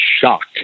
shocked